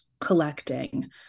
collecting